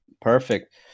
perfect